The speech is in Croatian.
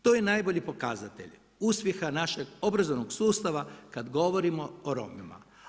To je najbolji pokazatelj uspjeha našeg obrazovanog sustava kad govorimo o Romima.